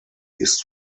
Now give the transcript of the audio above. ist